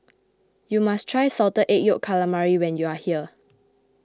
you must try Salted Egg Yolk Calamari when you are here